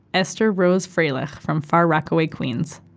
esther rose freilich from far rockaway, queens.